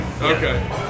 Okay